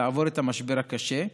לעבור את המשבר הקשה,